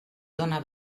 dóna